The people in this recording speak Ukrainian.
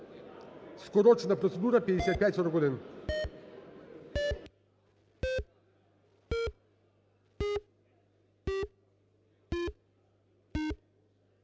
Скорочена процедура 5541.